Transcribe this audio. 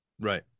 right